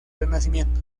renacimiento